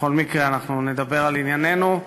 בכל מקרה, אנחנו נדבר על ענייננו,